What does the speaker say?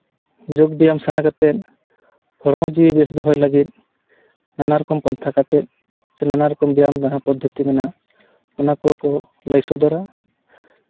ᱡᱳᱜᱽ ᱵᱮᱭᱟᱢ ᱥᱮᱬᱟ ᱠᱟᱛᱮᱫ ᱦᱚᱲᱢᱚ ᱡᱤᱣᱤ ᱵᱮᱥ ᱫᱚᱦᱚᱭ ᱞᱟᱹᱜᱤᱫ ᱱᱟᱱᱟᱨᱚᱠᱚᱢ ᱯᱟᱱᱛᱷᱟ ᱠᱟᱛᱮᱫ ᱥᱮ ᱱᱟᱱᱟ ᱨᱚᱠᱚᱢ ᱵᱮᱭᱟᱢ ᱡᱟᱦᱟᱸ ᱯᱚᱫᱽᱫᱷᱚᱛᱤ ᱢᱮᱱᱟᱜ ᱚᱱᱟ ᱠᱚᱠᱚ ᱞᱟᱹᱭ ᱥᱚᱫᱚᱨᱟ